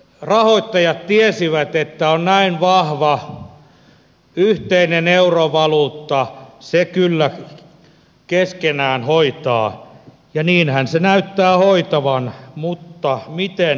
rahoittajat tiesivät että on näin vahva yhteinen eurovaluutta se kyllä keskenään hoitaa ja niinhän se näyttää hoitavan mutta miten ja kenen kustannuksella